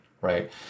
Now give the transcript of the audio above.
right